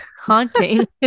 haunting